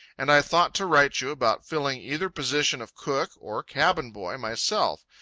and i thought to write you about filling either position of cook or cabin-boy myself,